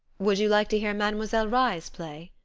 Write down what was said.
would you like to hear mademoiselle reisz play?